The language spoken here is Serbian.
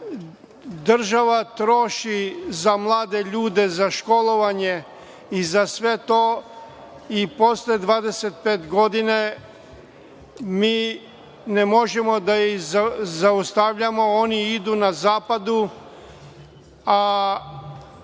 snagu. Država troši za mlade ljude za školovanje i za sve to i posle 25. godine mi ne možemo da ih zaustavljamo, oni idu na zapad, a